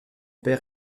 père